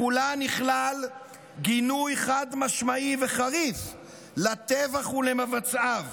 בכולן נכלל גינוי חד-משמעי וחריף לטבח ולמבצעיו.